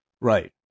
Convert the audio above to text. Right